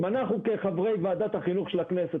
אם אנחנו כחברי ועדת החינוך של הכנסת